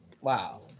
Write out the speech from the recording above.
Wow